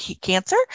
cancer